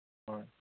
ꯍꯣꯏ